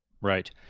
Right